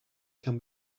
can